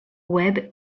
web